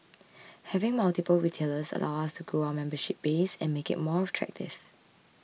having multiple retailers allows us to grow our membership base and make it more attractive